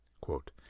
Quote